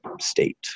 state